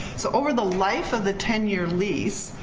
so over the life of the ten year lease,